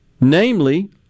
namely